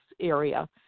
area